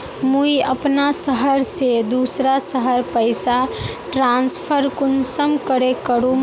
मुई अपना शहर से दूसरा शहर पैसा ट्रांसफर कुंसम करे करूम?